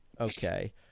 Okay